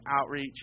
outreach